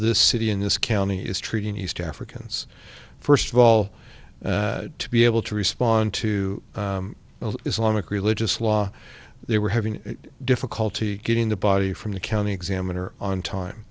the city in this county is treating east africans first of all to be able to respond to islamic religious law they were having difficulty getting the body from the county examiner on time